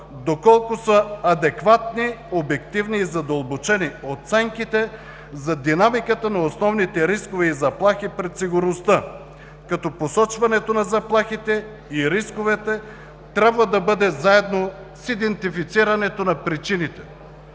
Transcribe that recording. доколко са адекватни, обективни и задълбочени оценките за динамиката на основните рискове и заплахи пред сигурността, като посочването на заплахите и рисковете трябва да бъде заедно с идентифицирането на причините.